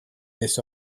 this